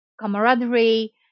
camaraderie